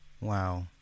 Wow